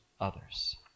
others